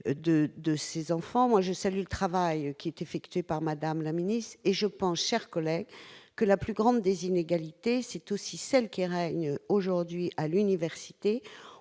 de ses enfants. Pour ma part, je salue le travail qui est effectué par Mme la ministre et je pense, mes chers collègues, que la plus grande des inégalités est celle qui est règne aujourd'hui à l'université,